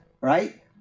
right